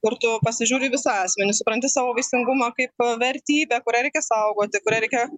kur tu pasižiūri į visą asmenį supranti savo vaisingumą kaip vertybę kurią reikia saugoti kurią reikia